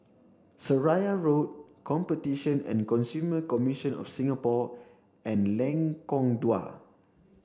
Seraya Road Competition and Consumer Commission of Singapore and Lengkong Dua